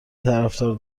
طرفدار